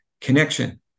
connection